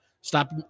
Stop